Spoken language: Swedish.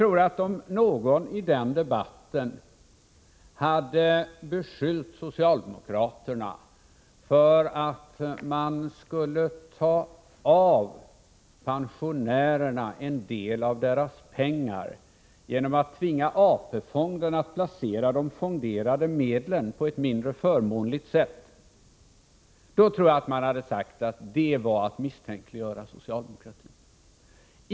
Om någon i den debatten hade beskyllt socialdemokraterna för att man skulle ta ifrån pensionärerna en del av deras pengar genom att tvinga AP-fonderna att placera de fonderade medlen på ett mindre förmånligt sätt, tror jag att det hade sagts att det var att misstänkliggöra socialdemokratin.